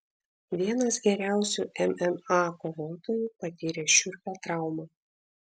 vienas geriausių mma kovotojų patyrė šiurpią traumą